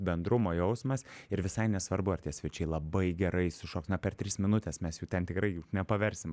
bendrumo jausmas ir visai nesvarbu ar tie svečiai labai gerai sušoks na per tris minutes mes jų ten tikrai nepaversim